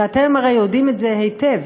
ואתם הרי יודעים את זה היטב.